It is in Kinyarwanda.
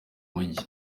mujyi